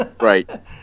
right